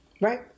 right